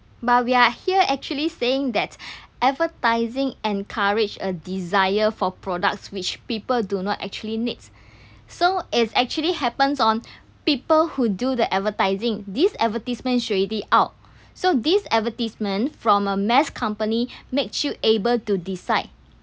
but we are here actually saying that advertising encourage a desire for products which people do not actually needs so is actually happens on people who do the advertising these advertisements is already out so these advertisement from a mass company makes you able to decide